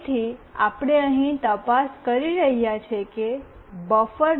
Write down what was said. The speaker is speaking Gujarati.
તેથી આપણે અહીં તપાસ કરી રહ્યા છીએ કે બફર